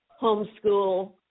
homeschool